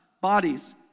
bodies